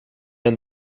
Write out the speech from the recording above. den